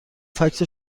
فکس